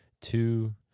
two